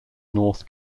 north